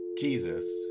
Jesus